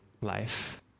life